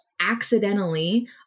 accidentally